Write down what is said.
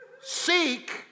Seek